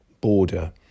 border